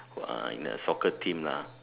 in a soccer team lah